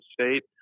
State